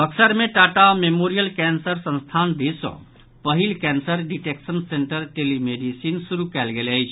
बक्सर मे Tata Memorial cancer संस्थान दिस सॅ पहिल कैंसर डिटेक्शन सेंटर टेलीमेडिसीन शुरू कयल गेल अछि